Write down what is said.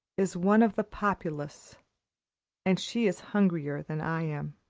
is one of the populace and she is hungrier than i am.